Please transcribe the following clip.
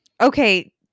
Okay